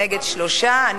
בשביל זה באתי?